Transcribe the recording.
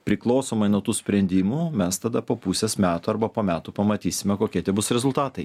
priklausomai nuo tų sprendimų mes tada po pusės metų arba po metų pamatysime kokie tie bus rezultatai